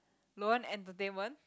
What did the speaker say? Loann entertainment